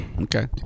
okay